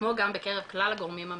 כמו גם בקרב כלל הגורמים המטפלים,